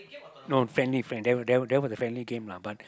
no friendly friend that that that was a friendly game lah but